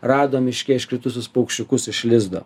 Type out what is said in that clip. rado miške iškritusius paukščiukus iš lizdo